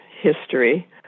history